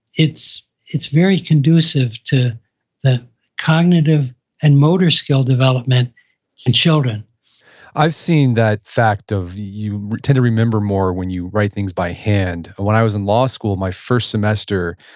it's it's very conducive to the cognitive and motor skill development in children i've seen that fact of you tend to remember more when you write things by hand. when i was in law school, my first semester,